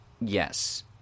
yes